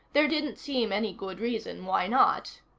there didn't seem any good reason why not.